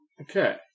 Okay